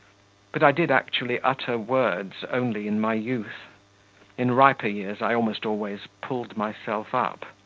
but i did actually utter words only in my youth in riper years i almost always pulled myself up.